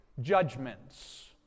judgments